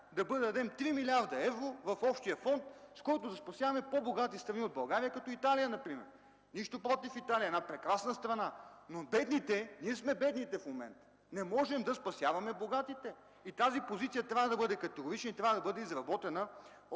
да бъде да дадем 3 млрд. евро в общия фонд, с които да спасяваме по-богати страни от България, например Италия. Нищо против Италия – една прекрасна страна, но бедните, ние сме бедни в момента, не можем да спасяваме богатите. Тази позиция трябва да бъде категорична и да бъде изработена от